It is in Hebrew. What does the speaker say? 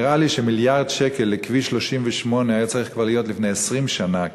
נראה לי שמיליארד שקל לכביש 38 היה צריך כבר להיות לפני 20 שנה,